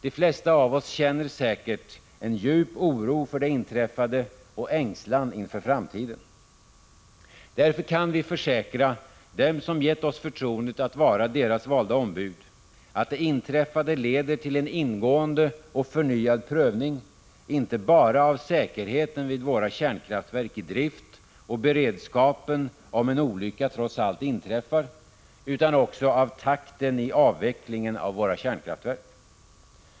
De flesta av oss känner säkert en djup oro för det inträffade och ängslan inför framtiden. Därför kan vi försäkra dem som gett oss förtroendet att vara deras valda ombud, att det inträffade leder till en ingående och förnyad prövning inte bara av säkerheten vid våra kärnkraftverk i drift och av beredskapen när det gäller vad som skall göras om en olycka trots allt inträffar utan också av takten i avvecklingen av våra kärnkraftverk.